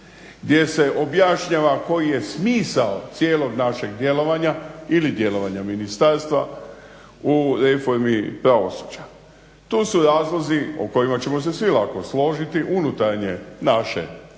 gdje se objašnjava koji je smisao cijelog našeg djelovanja ili djelovanja ministarstva u reformi pravosuđa. To su razlozi o kojima ćemo se svi lako složiti unutarnje našeg hrvatske